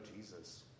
Jesus